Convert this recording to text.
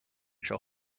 shall